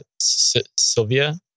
Sylvia